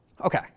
Okay